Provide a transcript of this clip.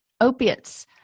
opiates